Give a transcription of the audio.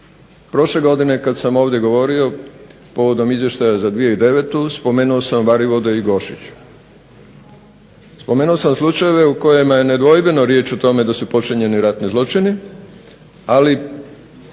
Prošle godine kada sam ovdje govorio povodom izvještaja za 2009.spomenuo sam Varivode i Gošić. Spomenuo sam slučajeve u kojima je nedvojbeno riječ o tome da su počinjeni ratni zločini, ali